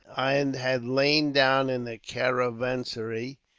and had lain down in the caravanserai,